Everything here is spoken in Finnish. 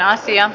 asia